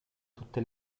tutte